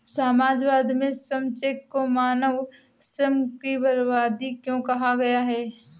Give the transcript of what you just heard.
समाजवाद में श्रम चेक को मानव श्रम की बर्बादी क्यों कहा गया?